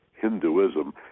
Hinduism